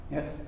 Yes